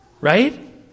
Right